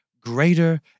greater